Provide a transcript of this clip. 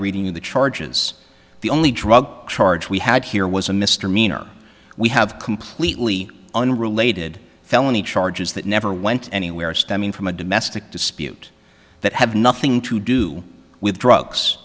reading of the charges the only drug charge we had here was a mr meaner we have completely unrelated felony charges that never went anywhere stemming from a domestic dispute that have nothing to do with drugs